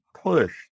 push